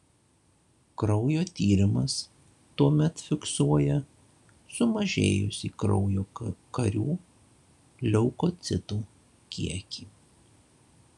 kraujo tyrimas tuomet fiksuoja sumažėjusį kraujo karių leukocitų kiekį